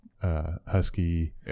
Husky